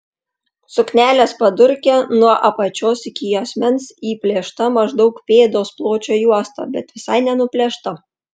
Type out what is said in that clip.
suknelės padurke nuo apačios iki juosmens įplėšta maždaug pėdos pločio juosta bet visai nenuplėšta